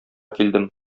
килдем